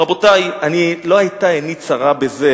רבותי, לא היתה עיני צרה בזה,